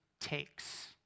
Takes